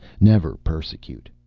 never persecute.